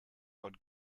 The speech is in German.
von